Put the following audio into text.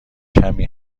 کمی